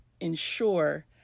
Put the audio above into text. ensure